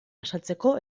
azaltzeko